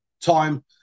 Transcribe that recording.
time